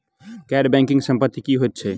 गैर बैंकिंग संपति की होइत छैक?